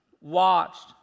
watched